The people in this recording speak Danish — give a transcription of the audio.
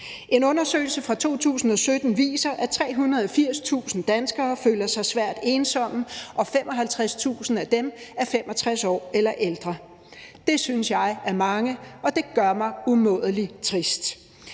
En undersøgelse fra 2017 viser, at 380.000 danskere føler sig svært ensomme, og at 55.000 af dem er 65 år eller ældre. Det synes jeg er mange, og det gør mig umådelig trist.